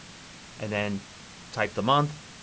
and then type the month